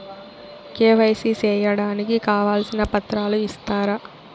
KYC సేయడానికి కావాల్సిన పత్రాలు ఇస్తారా?